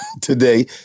today